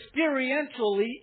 experientially